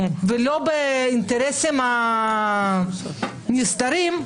ולא באינטרסים נסתרים,